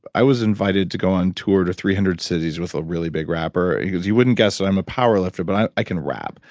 i was invited to go on tour to three hundred cities with a really big rapper. he goes, you wouldn't guess that i'm a power lifter, but i i can rap.